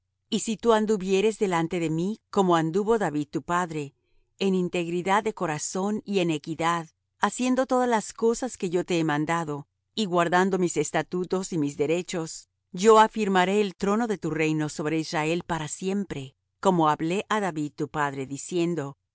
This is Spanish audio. y si tú anduvieres delante de mí como anduvo david tu padre en integridad de corazón y en equidad haciendo todas las cosas que yo te he mandado y guardando mis estatutos y mis derechos yo afirmaré el trono de tu reino sobre israel para siempre como hablé á david tu padre diciendo